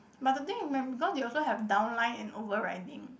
but the thing because you also have down line and over riding